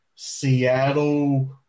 Seattle